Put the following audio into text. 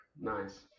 Nice